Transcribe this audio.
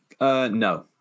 No